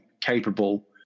capable